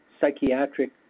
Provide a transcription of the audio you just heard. psychiatric